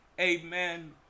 Amen